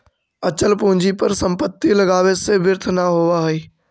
अचल पूंजी पर संपत्ति लगावे से व्यर्थ न होवऽ हई